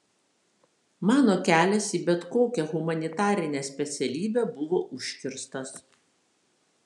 mano kelias į bet kokią humanitarinę specialybę buvo užkirstas